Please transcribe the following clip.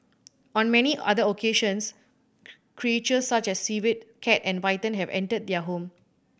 on many other occasions creatures such as a civet cat and a python have entered their home